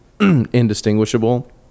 indistinguishable